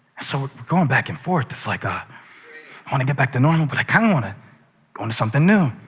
so we're going back and forth. it's like, i want to get back to normal, but i kind of want to go into something new.